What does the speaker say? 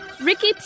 Ricky